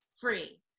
free